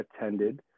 attended